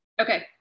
Okay